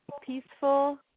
peaceful